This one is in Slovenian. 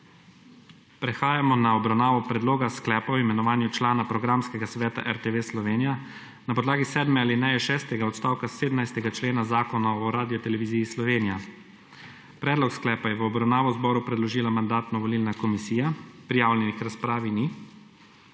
Prehajamo na obravnavo Predloga sklepa o imenovanju člana Programskega sveta RTV Slovenija na podlagi sedme alineje šestega odstavka 17. člena Zakona o Radioteleviziji Slovenija. Predlog sklepa je v obravnavo zboru predložila Mandatno-volilna komisija. Prijavljenih k razpravi ni.